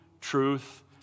truth